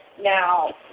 Now